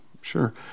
sure